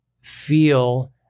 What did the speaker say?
feel